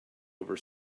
over